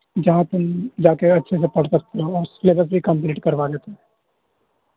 جہاں پر جا کے اچھے سے پڑھ سکتے ہیں اور سلیبس بھی کمپلیٹ کروا دیتے